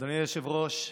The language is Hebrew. אדוני היושב-ראש,